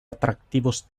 atractivos